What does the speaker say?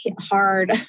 hard